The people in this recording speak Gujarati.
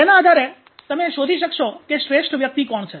તેના આધારે તમે શોધી શકશો કે શ્રેષ્ઠ વ્યક્તિ કોણ છે